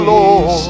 Lord